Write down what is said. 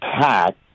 pat